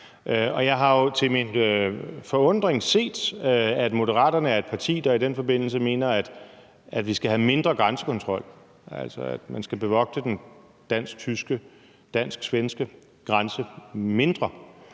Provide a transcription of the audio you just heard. Jeg har jo til min forundring set, at Moderaterne er et parti, der i den forbindelse mener, at vi skal have mindre grænsekontrol, altså at man skal bevogte den dansk-tyske og dansk-svenske grænse mindre.